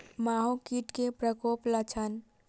माहो कीट केँ प्रकोपक लक्षण?